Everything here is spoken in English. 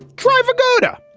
trevor goda,